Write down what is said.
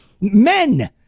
Men